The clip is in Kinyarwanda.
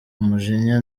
umujinya